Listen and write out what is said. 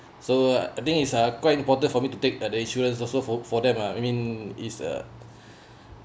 so I think it's uh quite important for me to take uh the insurance also for for them lah I mean is uh